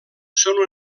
són